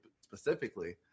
specifically